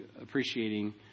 appreciating